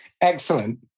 Excellent